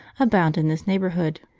abound in this neighbourhood.